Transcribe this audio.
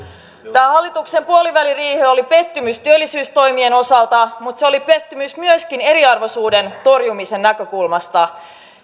hallituksen puoliväliriihi oli pettymys työllisyystoimien osalta mutta se oli pettymys myöskin eriarvoisuuden torjumisen näkökulmasta